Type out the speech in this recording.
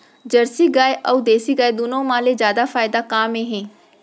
Jersey गाय अऊ देसी गाय दूनो मा ले जादा फायदा का मा हे?